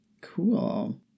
Cool